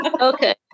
Okay